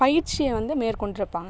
பயிற்சியை வந்து மேற்கொண்டிருப்பாங்க